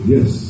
Yes